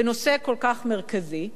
בנושא כל כך מרכזי,